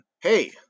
hey